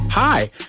Hi